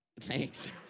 Thanks